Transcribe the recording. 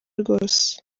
rwose